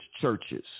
churches